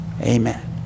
Amen